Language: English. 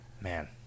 Man